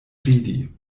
ridi